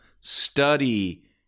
study